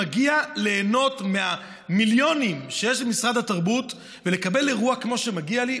מגיע ליהנות מהמיליונים שיש למשרד התרבות ולקבל אירוע כמו שמגיע לי?